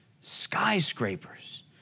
skyscrapers